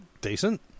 decent